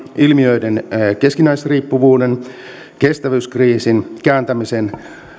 ilmiöiden keskinäisriippuvuuden ja kestävyyskriisin kääntämisen